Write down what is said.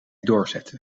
doorzetten